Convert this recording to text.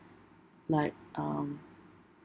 like um